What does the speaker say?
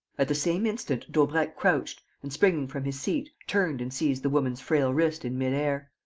at the same instant daubrecq crouched and, springing from his seat, turned and seized the woman's frail wrist in mid-air.